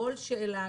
כל שאלה,